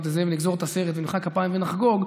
תסיים ונגזור את הסרט ונמחא כפיים ונחגוג,